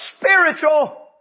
spiritual